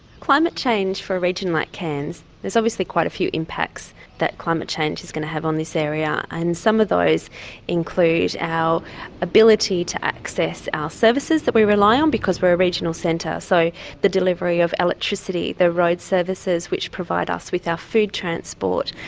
climate change for a region like cairns there's obviously quite a few impacts that climate change is going to have on this area, and some of those include our ability to access our services that we rely on, because we're a regional centre, so the delivery of electricity, the road services which provide us with our food transport.